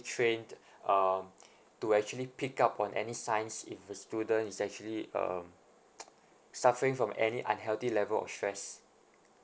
trained um to actually pick up on any signs if the students is actually um suffering from any unhealthy level of stress